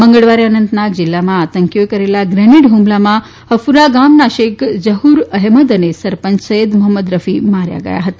મંગળવારે અનંતનાગ જિલ્લામાં આતંકીઓએ કરેલા ગ્રેનેડ હ્મલામાં હકુરા ગામના શેખ ઝફર અહેમદ અને સરપંય સૈયદ મોહમ્મદ રફી માર્યા ગયા હતા